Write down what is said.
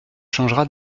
changera